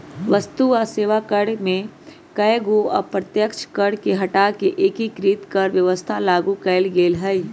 वस्तु आ सेवा कर में कयगो अप्रत्यक्ष कर के हटा कऽ एकीकृत कर व्यवस्था लागू कयल गेल हई